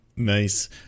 Nice